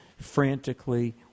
frantically